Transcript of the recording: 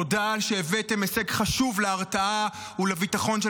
תודה על שהבאתם הישג חשוב להרתעה ולביטחון של